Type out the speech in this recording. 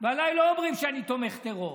ועליי לא אומרים שאני תומך טרור.